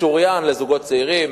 משוריין לזוגות צעירים,